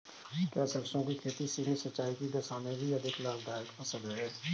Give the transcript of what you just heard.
क्या सरसों की खेती सीमित सिंचाई की दशा में भी अधिक लाभदायक फसल है?